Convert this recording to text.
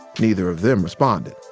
neither of them responded